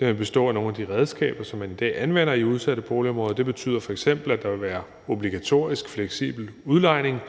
den vil bestå af nogle af de redskaber, som man i dag anvender i udsatte boligområder. Det betyder f.eks., at der vil være obligatorisk fleksibel udlejning,